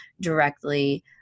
directly